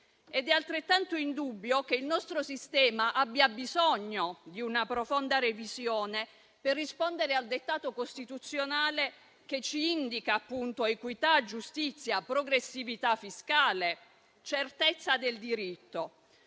È altrettanto indubbio che il nostro sistema abbia bisogno di una profonda revisione per rispondere al dettato costituzionale che ci indica, appunto, equità, giustizia, progressività fiscale e certezza del diritto.